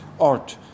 art